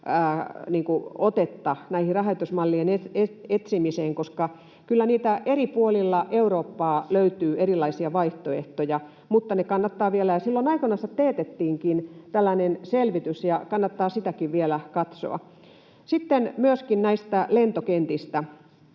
otetta näiden rahoitusmallien etsimiseen, koska kyllä eri puolilla Eurooppaa löytyy erilaisia vaihtoehtoja, mutta niitä kannattaa vielä etsiä. Silloin aikoinansa teetettiinkin tällainen selvitys, ja kannattaa sitäkin vielä katsoa. Sitten myöskin näistä lentokentistä: